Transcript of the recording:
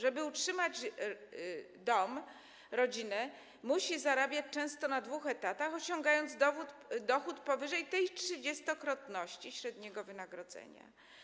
Żeby utrzymać dom, rodzinę, musi zarabiać często na dwóch etatach, osiągając dochód powyżej tej trzydziestokrotności średniego wynagrodzenia.